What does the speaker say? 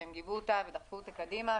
והם גיבו אותה ודחפו אותה קדימה,